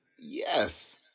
yes